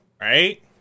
Right